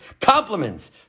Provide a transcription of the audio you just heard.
compliments